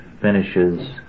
finishes